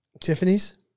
Tiffany's